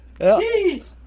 Jeez